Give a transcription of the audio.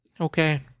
Okay